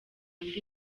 ndi